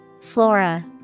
Flora